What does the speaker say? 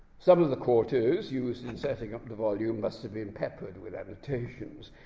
some of the quartos used in setting up the volume must have been peppered with annotations.